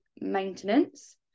maintenance